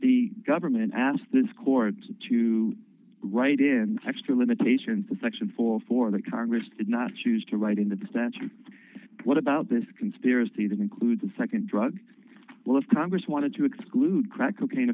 the government asked this court to write an extra limitation for section four for the congress did not choose to write in the statute what about this conspiracy to include the nd drug well if congress wanted to exclude crack cocaine